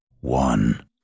one